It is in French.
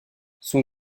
son